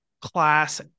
class